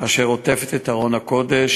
אשר עוטפת את ארון הקודש,